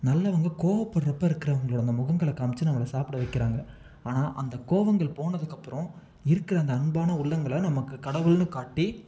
நல்லவங்க கோவப்படுகிறப்ப இருக்கிற அவங்களோட அந்த முகங்களை காமித்து நம்மள சாப்பிட வைக்கிறாங்க ஆனால் அந்த கோவங்கள் போனதுக்கு அப்புறம் இருக்கிற அந்த அன்பான உள்ளங்களை நமக்கு கடவுள்ன்னு காட்டி